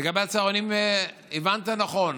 לגבי הצהרונים, הבנת נכון.